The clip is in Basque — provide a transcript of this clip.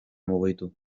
mugitu